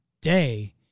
day